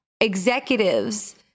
executives